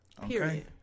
Period